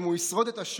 אם הוא ישרוד את השואה,